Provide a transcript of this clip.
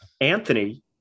Anthony